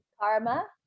Karma